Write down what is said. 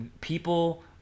people